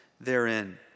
therein